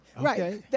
Right